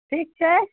ठीक छै